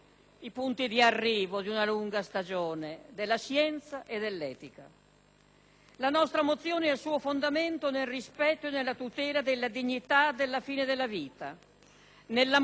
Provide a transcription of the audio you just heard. La nostra mozione ha il suo fondamento nel rispetto e nella tutela della dignità della fine della vita, nell'amorevole cura dell'intera società nei suoi confronti, anche sostenendo